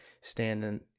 standing